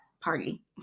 party